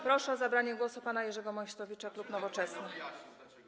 Proszę o zabranie głosu pana Jerzego Meysztowicza, klub Nowoczesna.